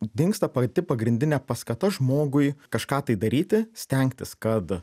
dingsta pati pagrindinė paskata žmogui kažką tai daryti stengtis kad